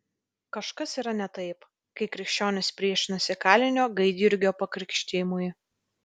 kažkas yra ne taip kai krikščionys priešinasi kalinio gaidjurgio pakrikštijimui